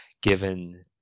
given